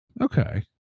okay